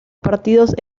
partidos